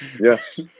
Yes